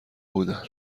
بودند